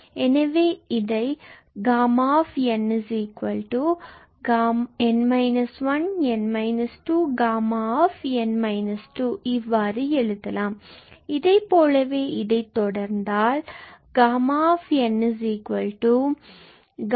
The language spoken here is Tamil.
எனவே இதை Γ𝑛𝑛−1𝑛−2Γ𝑛−2 இவ்வாறு எழுதலாம் இதைப்போலவே இதை தொடர்ந்தால் Γ𝑛𝑛−1𝑛−2